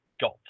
got